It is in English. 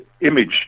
image